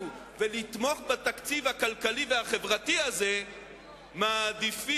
ולתמוך בתקציב הכלכלי והחברתי הזה איזה